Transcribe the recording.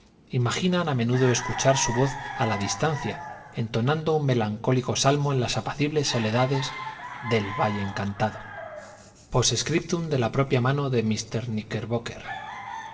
imaginan a menudo escuchar su voz a la distancia entonando un melancólico salmo en las apacibles soledades del valle encantado post scriptum de la propia mano de